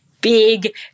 big